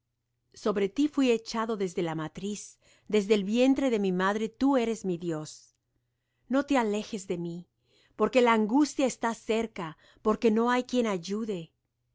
sobre ti fuí echado desde la matriz desde el vientre de mi madre tú eres mi dios no te alejes de mí porque la angustia está cerca porque no hay quien ayude